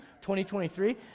2023